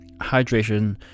hydration